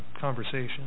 conversation